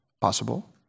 possible